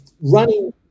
Running